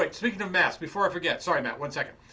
like speaking of mask, before i forget. sorry matt, one second.